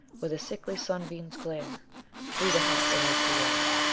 where the sickly sunbeams glare through the hot and misty air.